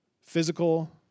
physical